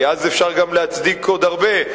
כי אז אפשר להצדיק עוד הרבה.